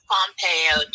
Pompeo